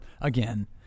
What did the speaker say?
again